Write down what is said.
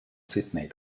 sydney